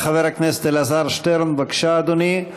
חבר הכנסת אלעזר שטרן, בבקשה, אדוני.